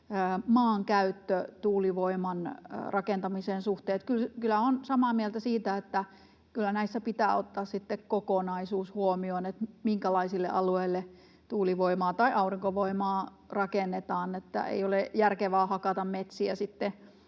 maankäyttö tuulivoiman rakentamisen suhteen. Kyllä olen samaa mieltä siitä, että kyllä näissä pitää ottaa kokonaisuus huomioon, että minkälaisille alueille tuulivoimaa tai aurinkovoimaa rakennetaan. Ei ole järkevää hakata metsiä